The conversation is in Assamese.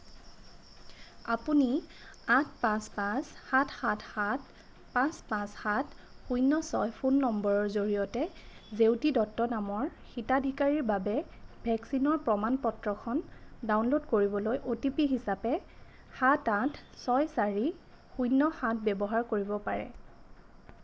আপুনি আঠ পাঁচ পাঁচ সাত সাত সাত পাঁচ পাঁচ সাত শূন্য ছয় ফোন নম্বৰৰ জৰিয়তে জেউতি দত্ত নামৰ হিতাধিকাৰীৰ বাবে ভেকচিনৰ প্ৰমাণ পত্ৰখন ডাউনলোড কৰিবলৈ অ'টিপি হিচাপে সাত আঠ ছয় চাৰি শূন্য সাত ব্যৱহাৰ কৰিব পাৰে